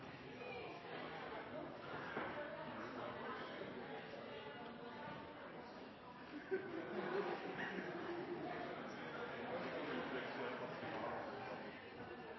Det må